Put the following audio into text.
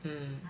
mm